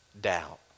Doubt